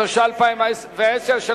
התש"ע 2010,